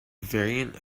variant